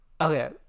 okay